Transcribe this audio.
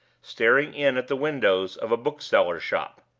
staring in at the windows of a book-seller's shop.